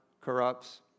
corrupts